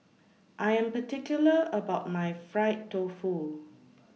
I Am particular about My Fried Tofu